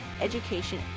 education